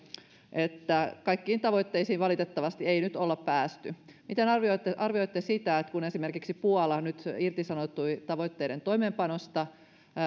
että kaikkiin tavoitteisiin valitettavasti ei nyt ole päästy miten arvioitte arvioitte kun esimerkiksi puola nyt irtisanoutui tavoitteiden toimeenpanosta